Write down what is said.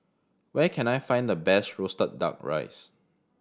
where can I find the best roasted Duck Rice